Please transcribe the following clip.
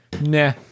nah